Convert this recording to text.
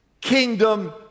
kingdom